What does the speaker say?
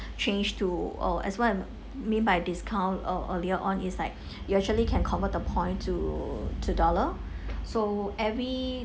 change to or as what mean by discount err earlier on is like you actually can convert the point to to dollar so every